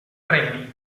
premi